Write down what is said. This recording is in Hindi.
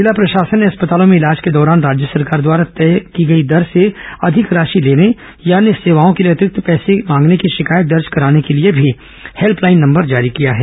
जिला प्रशासन ने अस्पतालों में इलाज के दौरान राज्य सरकार द्वारा तय की गई दर से अधिक राशि लेने या अन्य सेवाओं के लिए अतिरिक्त पैसे मांगने की शिकायत दर्ज कराने के लिए भी हेल्पलाइन नंबर जारी किया है